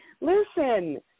Listen